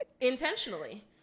intentionally